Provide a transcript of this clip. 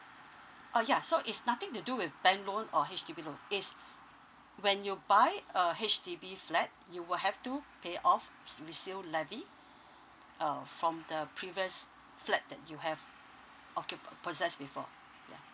uh ya so it's nothing to do with bank loan or H_D_B loan it's when you buy a H_D_B flat you will have to pay off resale levy uh from the previous flat that you have occu~ possessed before ya